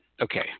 Okay